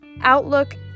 outlook